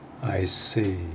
I see